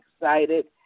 excited